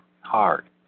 hard